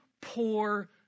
poor